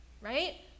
Right